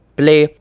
play